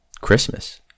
Christmas